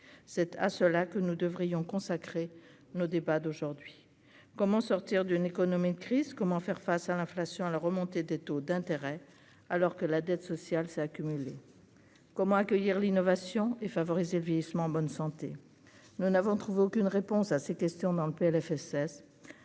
c'est à cela que nous devrions consacrer nos débats d'aujourd'hui comment sortir d'une économie de crise : comment faire face à l'inflation à la remontée des taux d'intérêt alors que la dette sociale ça accumulé comment accueillir l'innovation et favoriser le vieillissement en bonne santé, nous n'avons trouvé aucune réponse à ces questions dans le PLFSS